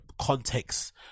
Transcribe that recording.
context